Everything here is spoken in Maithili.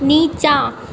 नीचाँ